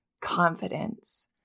confidence